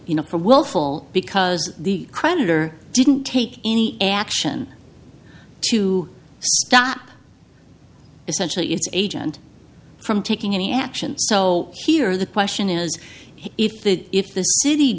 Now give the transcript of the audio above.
you know for willful because the creditor didn't take any action to stop essentially it's agent from taking any action so here the question is if the if the city